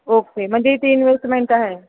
okay म्हणजे ती investment आहे